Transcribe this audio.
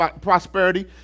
prosperity